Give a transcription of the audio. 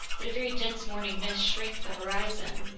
but a very dense morning mist shrank the horizon,